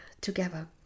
together